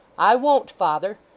i won't, father.